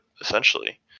essentially